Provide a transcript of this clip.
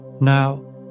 Now